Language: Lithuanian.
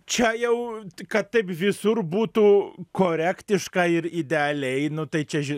čia jau kad taip visur būtų korektiška ir idealiai nu tai čia ži